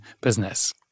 business